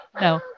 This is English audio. No